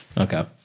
Okay